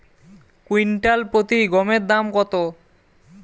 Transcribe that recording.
Quintal প্রতি গমের দাম কত?